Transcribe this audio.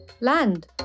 Land